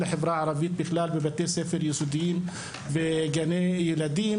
לחברה הערבית בכלל בבתי-ספר יסודיים בגני ילדים,